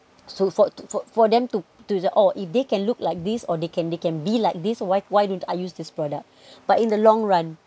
so for to for for them to say oh if they can look like this or they can they can be like this why why don't I use this product but in the long run